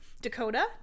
Dakota